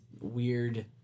weird